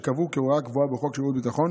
שקבוע כהוראה קבועה בחוק שירות ביטחון.